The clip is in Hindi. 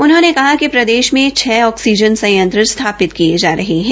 उन्होंने कहा कि प्रदेश में छ ऑक्सीजन संयंत्र स्थापित किये जा रहे है